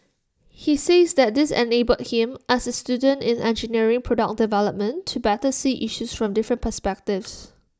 he says that this enabled him as A student in engineering product development to better see issues from different perspectives